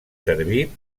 servir